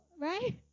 right